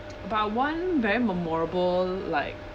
but one very memorable like